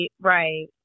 right